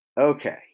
Okay